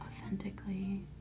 authentically